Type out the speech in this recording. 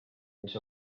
mis